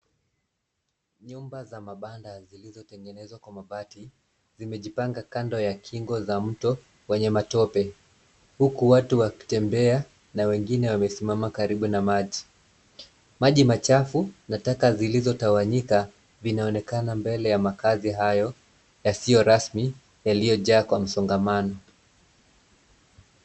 Nyumba za mabanda zilizotengenezwa kwa mabati zimejipanga kando ya kingo za mto kwenye matope huku watu wakitembea na wengine wamesimama karibu na maji. Maji machafu na taka zilizotawanyika vinaonekana mbele ya makazi hayo yasiyo rasmi yaliyojaa kwa msongamano.